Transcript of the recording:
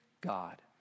God